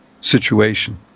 situation